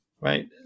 right